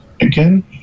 again